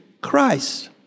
Christ